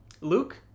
Luke